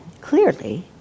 clearly